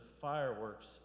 fireworks